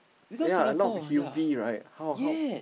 ya a lot of U_V right how how